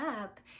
up